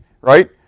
right